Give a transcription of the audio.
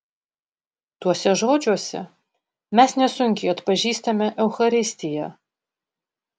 tuose žodžiuose mes nesunkiai atpažįstame eucharistiją